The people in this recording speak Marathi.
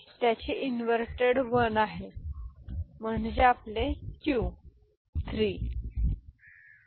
तर त्याचे इन्व्हर्टेड 1 आहे ते म्हणजे आपले क्यू 3 ठीक आहे